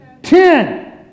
Ten